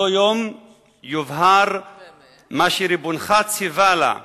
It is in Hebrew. אותו יום יובהר מה שריבונך ציווה לה.